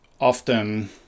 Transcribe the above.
often